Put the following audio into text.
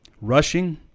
Rushing